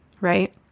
right